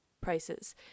prices